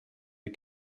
des